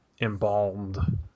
embalmed